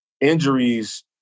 injuries